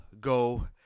go